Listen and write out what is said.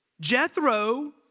Jethro